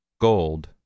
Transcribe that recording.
gold